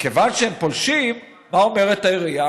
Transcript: מכיוון שהם פולשים, מה אומרת העירייה?